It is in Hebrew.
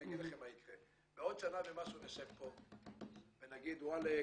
אגיד לכם מה יקרה בעוד שנה ומשהו נשב פה ונגיד: וואלק,